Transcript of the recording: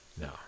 No